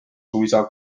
suisa